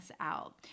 out